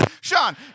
sean